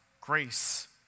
grace